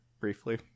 briefly